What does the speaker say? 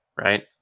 right